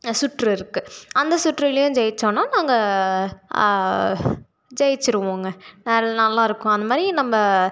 சுற்று இருக்குது அந்த சுற்றுலையும் ஜெயிச்சோன்னால் நாங்கள் ஜெயிச்சுருவோங்க ந நல்லாயிருக்கும் அந்த மாதிரி நம்ப